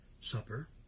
Supper